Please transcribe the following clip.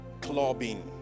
clubbing